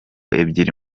ebyiri